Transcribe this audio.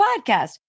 podcast